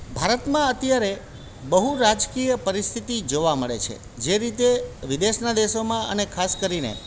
ભારતમાં અત્યારે બહુ રાજકીય પરિસ્થિતિ જોવા મળે છે જે રીતે વિદેશના દેશોમાં અને ખાસ કરીને